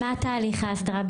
מה תהליך ההסדרה?